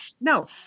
no